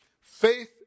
Faith